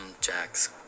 Jacks